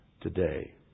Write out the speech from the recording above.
today